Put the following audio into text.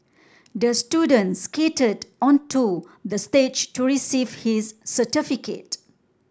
the student skated onto the stage to receive his certificate